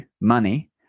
money